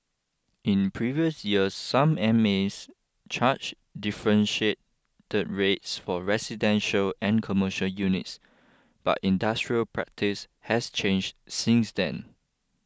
in previous years some M S charge differentiated rates for residential and commercial units but industry practice has changed since then